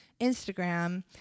Instagram